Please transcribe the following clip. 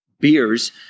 beers